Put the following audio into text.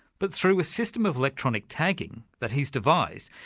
but through a system of electronic tagging that he's devised,